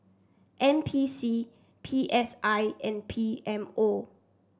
N P C P S I and P M O